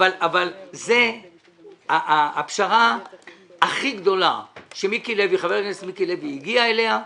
זאת הפשרה הכי גדולה שחבר הכנסת מיקי לוי הגיע אליה.